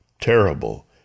terrible